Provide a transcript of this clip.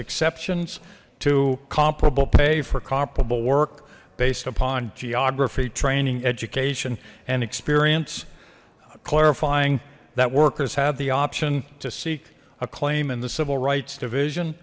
exceptions to comparable pay for comparable work based upon geography training education and experience clarifying that workers have the option to seek a claim in the civil rights division